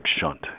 shunt